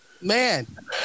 man